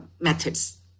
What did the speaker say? methods